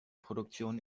produktion